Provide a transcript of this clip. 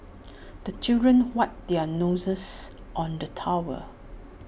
the children wipe their noses on the towel